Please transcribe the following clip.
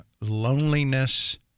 loneliness